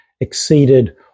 exceeded